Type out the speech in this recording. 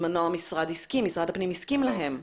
שוב, שר הפנים הסכים לשינויים הללו.